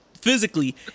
physically